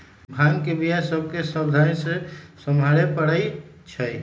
भांग के बीया सभ के सावधानी से सम्हारे परइ छै